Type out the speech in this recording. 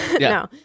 No